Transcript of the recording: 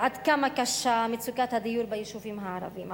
עד כמה קשה מצוקת הדיור ביישובים הערביים,